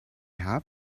have